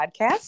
Podcast